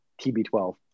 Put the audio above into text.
TB12